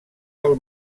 del